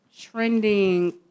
trending